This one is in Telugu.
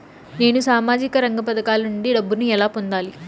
నేను సామాజిక రంగ పథకాల నుండి డబ్బుని ఎలా పొందాలి?